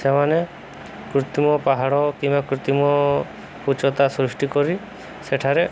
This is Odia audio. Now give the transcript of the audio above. ସେମାନେ କୃତିମ ପାହାଡ଼ କିମ୍ବା କୃତିମ ଉଚ୍ଚତା ସୃଷ୍ଟି କରି ସେଠାରେ